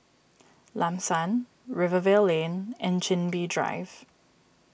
Lam San Rivervale Lane and Chin Bee Drive